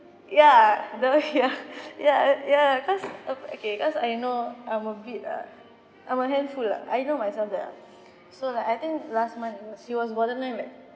ya the way ya ya ya cause err okay cause I know I'm a bit err I'm a handful lah I know myself that so like I think last month she was borderline like